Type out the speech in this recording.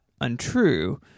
untrue